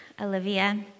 Olivia